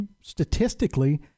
statistically